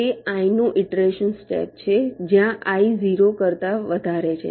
તે i નું iteration step છે જ્યાં i 0 કરતા વધારે છે